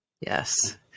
Yes